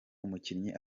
umukinyi